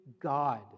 God